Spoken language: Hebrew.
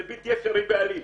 זה בלתי אפשרי בעליל.